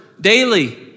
daily